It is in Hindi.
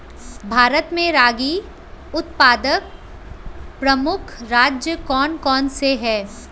भारत में रागी उत्पादक प्रमुख राज्य कौन कौन से हैं?